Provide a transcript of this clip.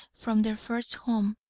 from their first home,